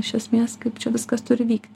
iš esmės kaip čia viskas turi vykti